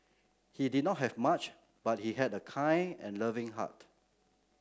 he did not have much but he had a kind and loving heart